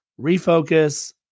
refocus